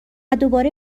دوباره